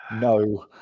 no